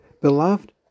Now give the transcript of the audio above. Beloved